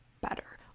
better